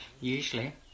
usually